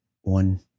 one